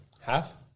Half